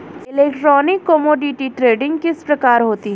Electronic commodity trading किस प्रकार होती है?